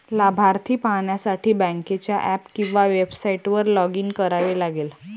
लाभार्थी पाहण्यासाठी बँकेच्या ऍप किंवा वेबसाइटवर लॉग इन करावे लागेल